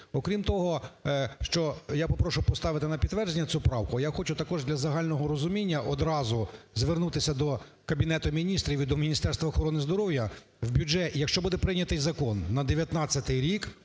Окрім того, що я попрошу поставити на підтвердження цю правку, я хочу також для загального розуміння одразу звернутися до Кабінету Міністрів і до Міністерства охорони здоров'я. В бюджеті, якщо буде прийнятий закон, на 19-й рік